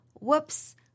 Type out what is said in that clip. whoops